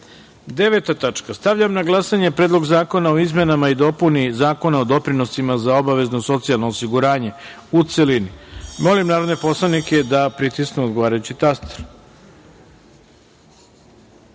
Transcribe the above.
dnevnog reda. Stavljam na glasanje Predlog zakona o izmenama i dopuni Zakona o doprinosima za obavezno socijalno osiguranje, u celini. Molim narodne poslanike da pritisnu odgovarajući